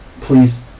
Please